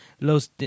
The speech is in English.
Los